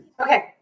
Okay